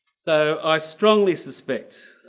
so i strongly suspect.